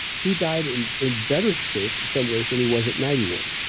he died in in better shape, in some ways, than he was at ninety one.